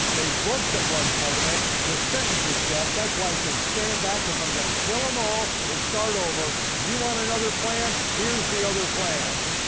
they broke the blood covenant, the sentence is death, that's why i said stand back because i'm going to kill them all and start over. you want another plan, here's the other plan.